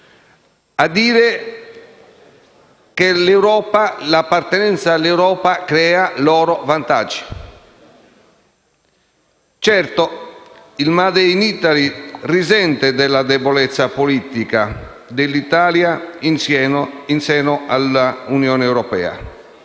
a dire che l'appartenenza all'Europa crea loro vantaggi. Certo, il *made in Italy* risente della debolezza politica dell'Italia in seno alla Unione europea